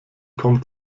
kommt